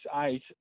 eight